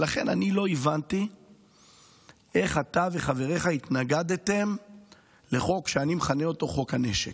ולכן לא הבנתי איך אתה וחבריך התנגדתם לחוק שאני מכנה אותו חוק הנשק,